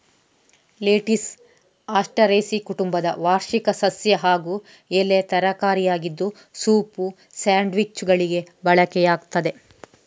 lettuce Asteraceae ಕುಟುಂಬದ ವಾರ್ಷಿಕ ಸಸ್ಯ ಹಾಗೂ ಎಲೆ ತರಕಾರಿಯಾಗಿದ್ದು ಸೂಪ್, ಸ್ಯಾಂಡ್ವಿಚ್ಚುಗಳಿಗೆ ಬಳಕೆಯಾಗ್ತದೆ